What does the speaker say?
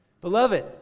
Beloved